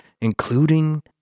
including